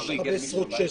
15 ו-16.